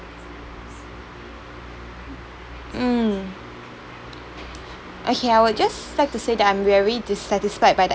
mm okay I would just like to say that I'm very dissatisfied by that